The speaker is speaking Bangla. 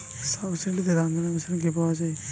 সাবসিডিতে ধানঝাড়া মেশিন কি পাওয়া য়ায়?